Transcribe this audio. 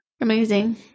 Amazing